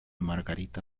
margarita